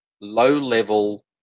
low-level